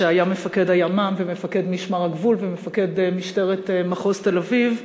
והיה מפקד הימ"מ ומפקד משמר הגבול ומפקד משטרת מחוז תל-אביב,